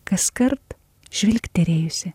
kaskart žvilgtelėjusi